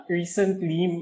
recently